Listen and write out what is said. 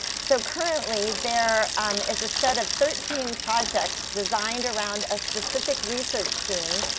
so currently there um is a set of thirteen projects designed around a specific research theme.